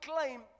claim